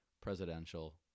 presidential